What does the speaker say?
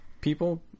people